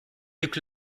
luc